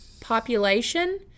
population